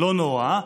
לא נורא.